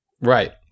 right